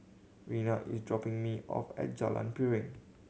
Rhianna is dropping me off at Jalan Piring